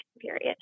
period